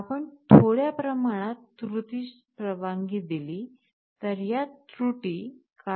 आपण थोड्या प्रमाणात त्रुटीस परवानगी दिली तर या त्रुटी काळांतराने जोडल्या जातील